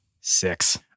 Six